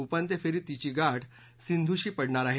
उपांत्यफेरीत तिची गाठ सिधूंशी पडणार आहे